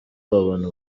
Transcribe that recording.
babona